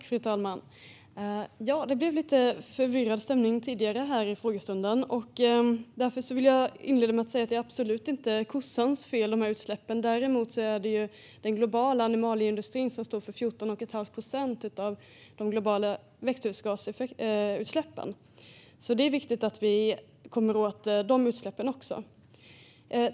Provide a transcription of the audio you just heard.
Fru talman! Det blev lite förvirrad stämning här tidigare under frågestunden. Därför vill jag inleda med att säga att de här utsläppen absolut inte är kossans fel. Däremot står den globala animalieindustrin för 14 1⁄2 procent av de globala växthusgasutsläppen, så det är viktigt att vi kommer åt de utsläppen också.